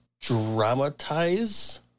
dramatize